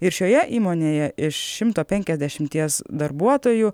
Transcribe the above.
ir šioje įmonėje iš šimto penkiasdešimties darbuotojų